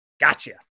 gotcha